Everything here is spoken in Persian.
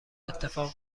اتفاق